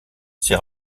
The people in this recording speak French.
ses